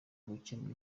gukemura